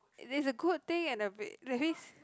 it is a good thing and a bit does his